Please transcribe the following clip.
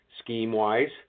scheme-wise